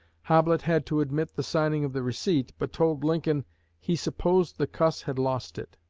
hoblit had to admit the signing of the receipt, but told lincoln he supposed the cuss had lost it.